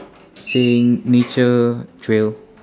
saying nature trail